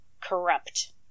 corrupt